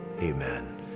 Amen